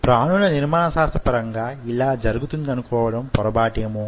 ప్రాణుల నిర్మాణ శాస్త్ర పరంగా యిలా జరుగుతుందనుకోడం పొరబాటేమో